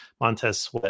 Montez